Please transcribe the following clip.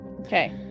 Okay